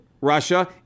Russia